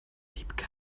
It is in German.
wiebke